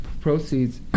proceeds